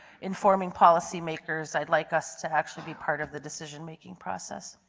informing policymakers, i would like us to actually be part of the decision-making process.